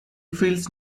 feels